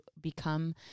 become